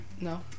No